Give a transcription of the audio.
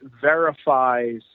verifies